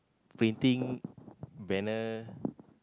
printing banner